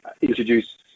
introduce